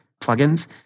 plugins